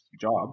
job